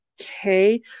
okay